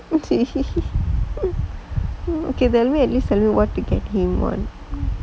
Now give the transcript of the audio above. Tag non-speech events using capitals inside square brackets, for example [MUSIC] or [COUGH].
[LAUGHS] okay then we at least tell me what to get him [one]